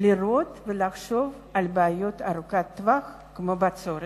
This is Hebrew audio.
לראות ולחשוב על בעיות ארוכות-טווח, כמו בצורת.